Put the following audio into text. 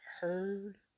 heard